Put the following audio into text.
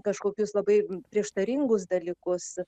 kažkokius labai prieštaringus dalykus